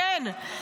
כן,